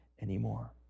anymore